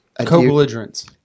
co-belligerence